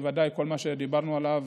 בוודאי כל מה שדיברנו עליו,